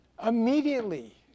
Immediately